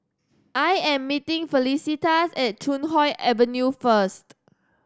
I am meeting Felicitas at Chuan Hoe Avenue first